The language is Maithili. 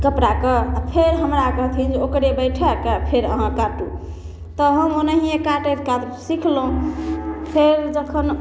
कपड़ाके आओर फेर हमरा कहथिन जे ओकरे बैठैके फेर अहाँ काटू तहन ओनाहिए काटैत काटैत सिखलहुँ फेर जखन